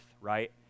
right